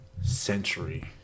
Century